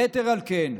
יתר על כן,